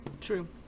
true